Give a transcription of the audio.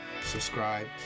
subscribe